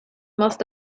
must